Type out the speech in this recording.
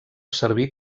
servir